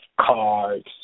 cards